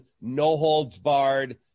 no-holds-barred